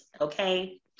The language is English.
okay